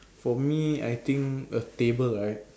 for me I think a table right